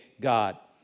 God